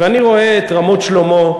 ואני רואה את רמות-שלמה,